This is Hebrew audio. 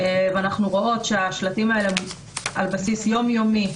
ואנחנו רואות שהשלטים האלה מושחתים על בסיס יומיומי,